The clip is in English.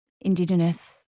Indigenous